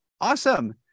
Awesome